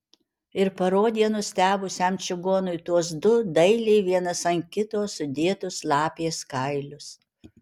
ir parodė nustebusiam čigonui tuos du dailiai vienas ant kito sudėtus lapės kailius